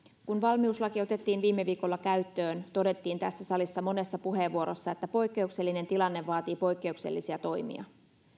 kun valmiuslaki otettiin viime viikolla käyttöön todettiin tässä salissa monessa puheenvuorossa että poikkeuksellinen tilanne vaatii poikkeuksellisia toimia